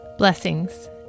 Blessings